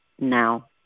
now